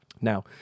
Now